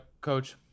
Coach